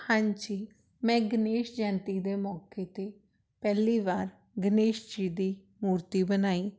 ਹਾਂਜੀ ਮੈਂ ਗਣੇਸ਼ ਜਯੰਤੀ ਦੇ ਮੌਕੇ 'ਤੇ ਪਹਿਲੀ ਵਾਰ ਗਣੇਸ਼ ਜੀ ਦੀ ਮੂਰਤੀ ਬਣਾਈ